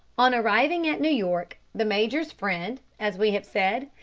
on arriving at new york the major's friend, as we have said,